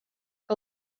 que